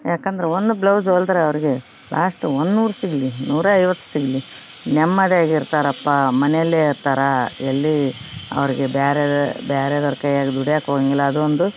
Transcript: ಯಾಕಂದ್ರ ಒಂದು ಬ್ಲೌಸ್ ಹೊಲ್ದ್ರ ಅವರಿಗೆ ಲಾಸ್ಟ್ ಒಂದ್ನೂರು ಸಿಗಲಿ ನೂರೈವತ್ತು ಸಿಗಲಿ ನೆಮ್ಮದಿಯಾಗೆ ಇರ್ತಾರಪ್ಪಾ ಮನೆಯಲ್ಲೇ ಕೈಯಾಗೆ ದುಡಿಯಕ್ ಹೋಗಂಗಿಲ್ಲ ಅದೊಂದು